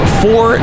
four